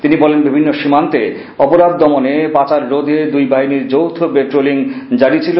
তিনি বলেন বিভিন্ন সীমান্তে অপরাধ দমনে পাচার রোধে দুই বাহিনীর যৌথ পেট্রোলিং জারি ছিল